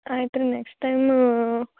ಆಯ್ತು ರೀ next time